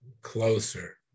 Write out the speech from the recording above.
closer